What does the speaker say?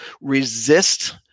resist